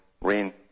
rain